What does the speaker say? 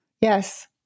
Yes